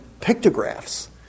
pictographs